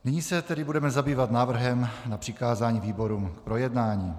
Nyní se tedy budeme zabývat návrhem na přikázání výborům k projednání.